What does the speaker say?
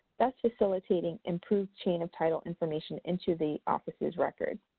thus, facilitating improved chain of title information into the office's record.